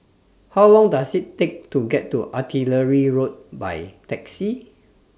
How Long Does IT Take to get to Artillery Road By Taxi